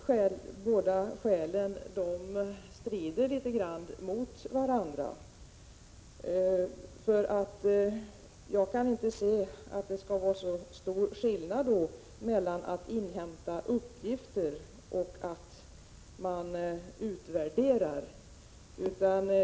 Dessa båda skäl strider litet grand mot varandra. Jag kan inte se att det skulle vara så stor skillnad på att inhämta uppgifter och att utvärdera.